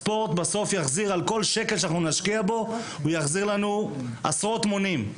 הספורט בסוף על כל שקל שאנחנו נשקיע בו יחזיר לנו עשרות מונים.